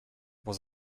was